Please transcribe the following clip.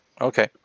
okay